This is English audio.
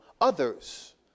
others